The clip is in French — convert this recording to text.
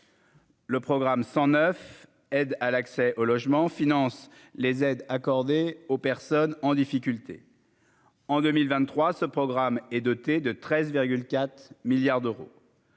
Le programme 109 aide à l'accès au logement, finance, les aides accordées aux personnes en difficulté en 2023, ce programme est doté de 13 4 milliards d'euros.